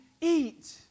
eat